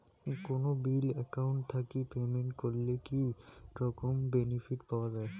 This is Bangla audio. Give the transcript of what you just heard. কোনো বিল একাউন্ট থাকি পেমেন্ট করলে কি রকম বেনিফিট পাওয়া য়ায়?